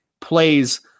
plays